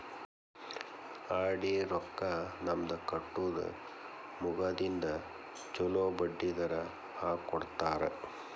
RD ರೊಕ್ಕಾ ನಮ್ದ ಕಟ್ಟುದ ಮುಗದಿಂದ ಚೊಲೋ ಬಡ್ಡಿ ಹಾಕ್ಕೊಡ್ತಾರ